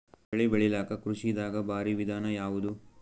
ಬೆಳೆ ಬೆಳಿಲಾಕ ಕೃಷಿ ದಾಗ ಭಾರಿ ವಿಧಾನ ಯಾವುದು?